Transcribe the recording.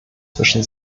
zwischen